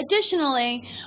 Additionally